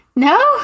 No